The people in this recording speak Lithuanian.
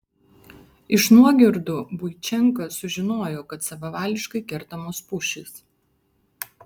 iš nuogirdų buičenka sužinojo kad savavališkai kertamos pušys